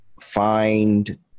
find